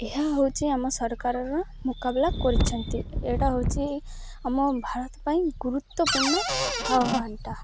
ଏହା ହେଉଛି ଆମ ସରକାରର ମୁକାବଲା କରିଛନ୍ତି ଏଇଟା ହେଉଛି ଆମ ଭାରତ ପାଇଁ ଗୁରୁତ୍ୱପୂର୍ଣ୍ଣ ଆହ୍ୱାନଟା